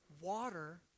water